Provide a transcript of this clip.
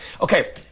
Okay